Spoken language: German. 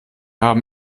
haben